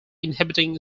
inhibiting